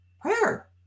prayer